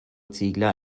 ziegler